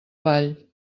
ball